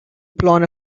blown